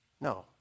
No